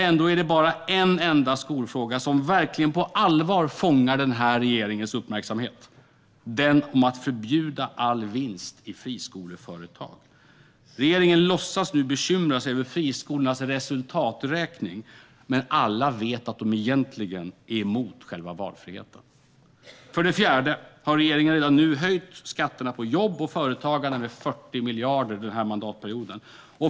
Ändå är det bara en enda skolfråga som verkligen fångar regeringens uppmärksamhet: den om att förbjuda all vinst i friskoleföretag. Regeringen låtsas nu bekymra sig över friskolornas resultaträkningar, men alla vet att de egentligen är emot själva valfriheten. För det fjärde har regeringen redan nu höjt skatterna på jobb och företagande med 40 miljarder denna mandatperiod.